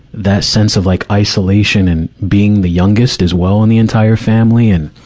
that sense of like isolation and being the youngest as well in the entire family and,